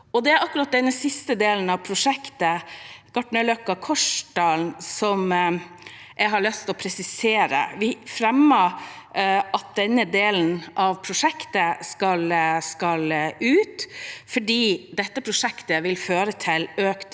Det er akkurat den siste delen av dette prosjektet, Gartnerløkka–Kolsdalen, jeg har lyst til å presisere. Vi har fremmet at denne delen av prosjektet skal ut fordi det vil føre til økt